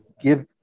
give